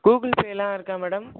Google பேலாம் இருக்கா madam